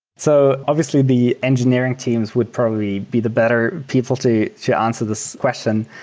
so obviously, the engineering teams would probably be the better people to to answer this question,